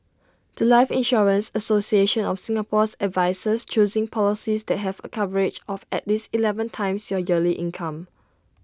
The Life insurance association of Singapore's advises choosing policies that have A coverage of at least Eleven times your yearly income